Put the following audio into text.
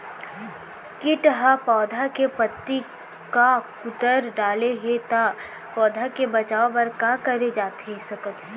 किट ह पौधा के पत्ती का कुतर डाले हे ता पौधा के बचाओ बर का करे जाथे सकत हे?